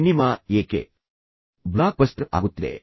cinema ಏಕೆ blockbuster ಆಗುತ್ತಿದೆ